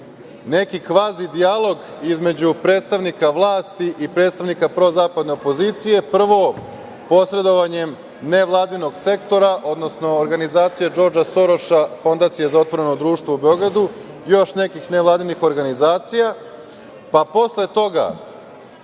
neki kvazi-dijalog između predstavnika vlasti i predstavnika prozapadne opozicije. Prvo, posredovanjem nevladinog sektora, odnosno organizacije Džordža Soroša, Fondacije za otvoreno društvo u Beogradu i još nekih nevladinih organizacija, pa posle toga,